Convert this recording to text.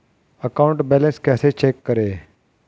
Account balance कैसे check करें?